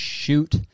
shoot